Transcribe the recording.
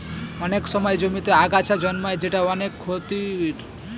অনেক সময় জমিতে আগাছা জন্মায় যেটা অনেক ক্ষতির